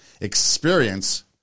experience